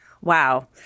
Wow